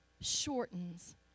shortens